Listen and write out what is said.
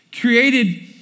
created